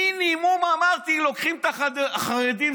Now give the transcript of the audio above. מינימום אמרתי: לוקחים את החרדים,